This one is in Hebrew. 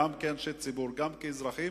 גם כאנשי ציבור וגם כאזרחים,